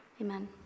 Amen